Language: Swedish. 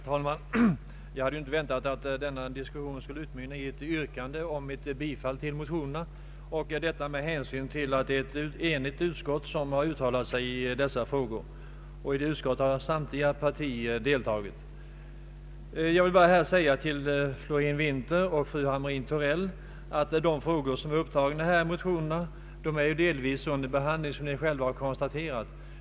Herr talman! Jag hade inte väntat att denna diskussion skulle utmynna i ett yrkande om ett bifall till motionerna, med hänsyn till att det är ett enigt utskott som har uttalat sig i dessa frågor. I det utskottet har samtliga partier deltagit. Jag vill säga till fru Florén-Winther och fru Hamrin-Thorell att de frågor, som är upptagna i dessa motioner, delvis är under behandling, vilket ni själva konstaterat.